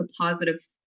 positive